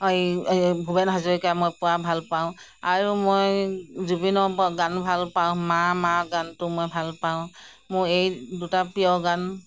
অঁ এই এই ভূপেন হাজৰিকাৰ মই পোৱা ভালপাওঁ আৰু মই জুবিনৰ গানো ভালপাওঁ মা মা গানটো মই ভালপাওঁ মোৰ এই দুটা প্ৰিয় গান